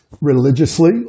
religiously